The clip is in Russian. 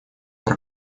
про